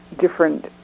different